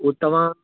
पोइ तव्हां